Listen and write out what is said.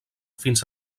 fins